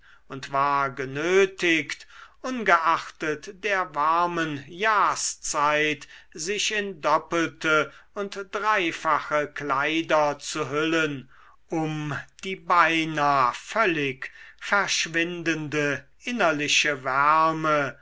und war genötigt ungeachtet der warmen jahrszeit sich in doppelte und dreifache kleider zu hüllen um die beinah völlig verschwindende innerliche warme